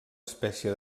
espècie